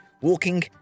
walking